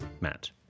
Matt